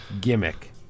gimmick